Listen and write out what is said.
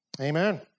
amen